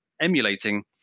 Emulating